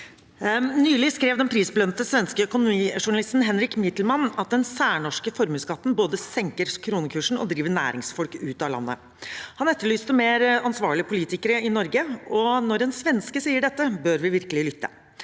Nylig skrev den prisbelønte svenske økonomijournalisten Henrik Mitelman at den særnorske formuesskatten både senker kronekursen og driver næringsfolk ut av landet. Han etterlyste mer ansvarlige politikere i Norge, og når en svenske sier dette, bør vi virkelig lyt